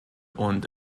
und